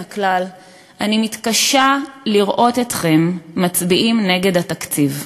הכלל: אני מתקשה לראות אתכם מצביעים נגד התקציב,